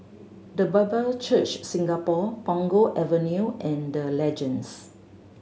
The Bible Church Singapore Punggol Avenue and The Legends